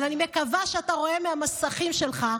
אבל אני מקווה שאתה רואה מהמסכים שלך.